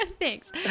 thanks